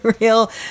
real